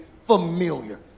familiar